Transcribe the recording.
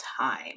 Time